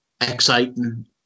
exciting